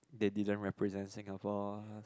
they didn't represent Singapore